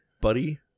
buddy